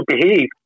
behave